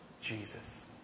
Jesus